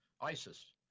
ISIS